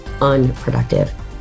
unproductive